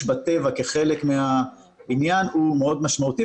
בטבע כחלק מהעניין הוא מאוד משמעותי,